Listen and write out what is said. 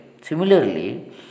similarly